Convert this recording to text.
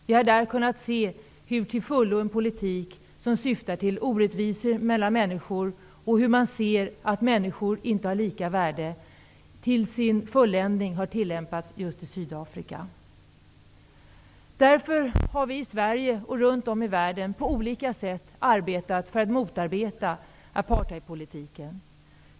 Vi har kunnat se hur en politik som syftar till orättvisor mellan människor och där människor inte har lika värde har tillämpats till sin fulländning just i Därför har vi i Sverige och runt om i världen arbetat på olika sätt för att motarbeta apartheidpolitiken.